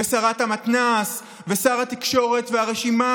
ושרת המתנ"ס, ושר התקשורת, והרשימה